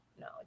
No